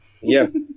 Yes